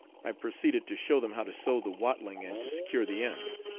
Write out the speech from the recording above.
i proceeded to show them how to sew the watling and to secure the ends.